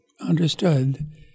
Understood